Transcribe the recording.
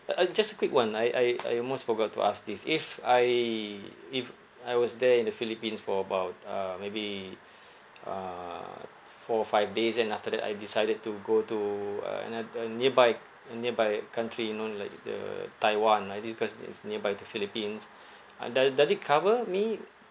uh just a quick one I I I almost forgot to ask this if I if I was there in the philippines for about uh maybe uh four five days then after that I decided to go to anot~ a nearby a nearby country you know like the taiwan like this because it's nearby to philippines uh do~ does it cover me